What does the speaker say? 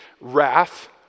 wrath